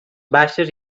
baixes